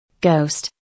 Ghost